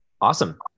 Awesome